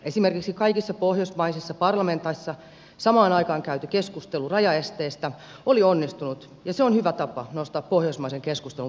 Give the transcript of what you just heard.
esimerkiksi kaikissa pohjoismaisissa parlamenteissa samaan aikaan käyty keskustelu rajaesteistä oli onnistunut ja se on hyvä tapa nostaa pohjoismaisen keskustelun painoarvoa